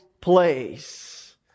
place